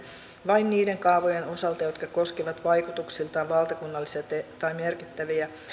vain niiden kaavojen osalta jotka koskevat vaikutuksiltaan valtakunnallisia tai merkittäviä